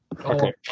Okay